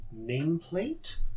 nameplate